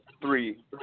three